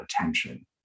attention